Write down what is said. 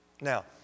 Now